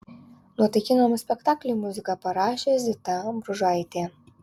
nuotaikingam spektakliui muziką parašė zita bružaitė